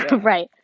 right